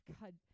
God